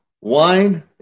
wine